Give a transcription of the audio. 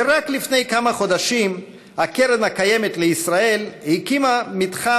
ורק לפני כמה חודשים הקרן הקיימת לישראל הקימה מתחם